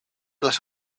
las